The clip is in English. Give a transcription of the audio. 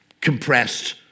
compressed